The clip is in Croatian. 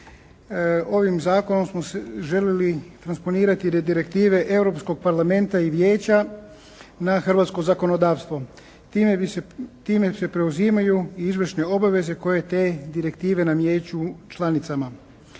ovim zakonom smo željeli transponirati direktive Europskog parlamenta i vijeća na hrvatsko zakonodavstvo. Time se preuzimaju i izvršne obaveze koje te direktive nameću članicama.